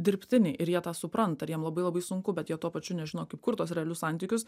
dirbtiniai ir jie tą supranta ir jiem labai labai sunku bet jie tuo pačiu nežino kaip kurt tuos realius santykius